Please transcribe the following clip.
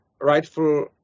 rightful